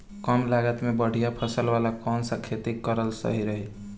कमलागत मे बढ़िया फसल वाला कौन सा खेती करल सही रही?